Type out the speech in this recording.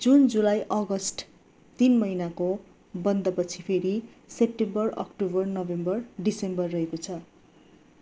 जुन July August तिन महिनाको बन्द पछि फेरि सेप्टेम्बर अक्टोबर नोभेम्बर डिसेम्बर रहेको छ